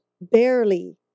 barely